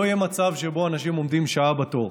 לא יהיה מצב שבו אנשים עומדים שעה בתור.